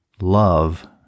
Love